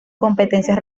competencias